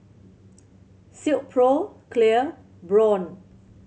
Silkpro Clear Braun